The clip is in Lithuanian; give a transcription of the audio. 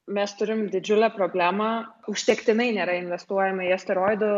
mes turim didžiulę problemą užtektinai nėra investuojami į asteroidų